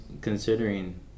considering